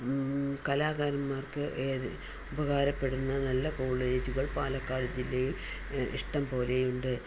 കലാകാരന്മാർക്ക് ഏറെ ഉപകാരപ്പെടുന്ന നല്ല കോളേജുകൾ പാലക്കാട് ജില്ലയിൽ ഇഷ്ടം പോലെയുണ്ട്